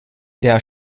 der